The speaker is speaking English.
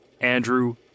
Andrew